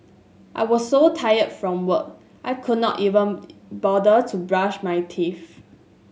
I was so tired from work I could not even bother to brush my teeth